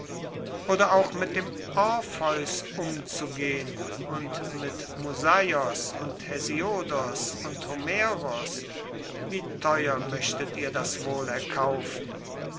oder auch mit dem orpheus umzugehen und mit musaios und hesiodos und homeros wie teuer möchtet ihr das wohl erkaufen